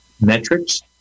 metrics